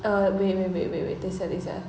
err wait wait wait wait wait 等下等下